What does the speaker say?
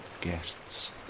guests